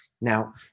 Now